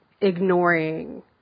ignoring